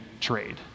trade